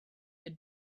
good